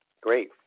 Great